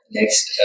next